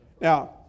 Now